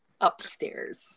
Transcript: upstairs